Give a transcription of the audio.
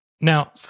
now